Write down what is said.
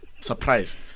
surprised